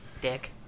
Dick